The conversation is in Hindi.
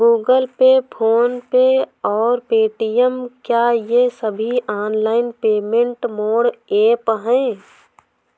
गूगल पे फोन पे और पेटीएम क्या ये सभी ऑनलाइन पेमेंट मोड ऐप हैं?